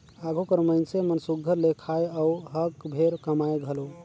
आघु कर मइनसे मन सुग्घर ले खाएं अउ हक भेर कमाएं घलो